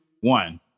one